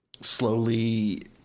slowly